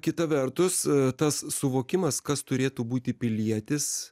kita vertus tas suvokimas kas turėtų būti pilietis